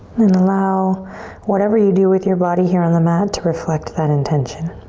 and allow whatever you do with your body here on the mat to reflect that intention.